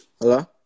Hello